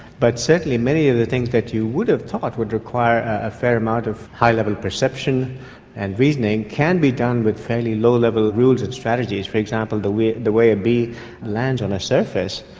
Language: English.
but certainly many of the things that you would have thought would require a fair amount of high level perception and reasoning can be done with fairly low level rules and strategies. for example, the way the way a bee lands on a surface.